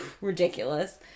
ridiculous